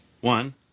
One